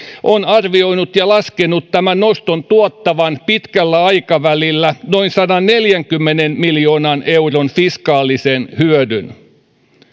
on arvioinut ja laskenut tämän noston tuottavan pitkällä aikavälillä noin sadanneljänkymmenen miljoonan euron fiskaalisen hyödyn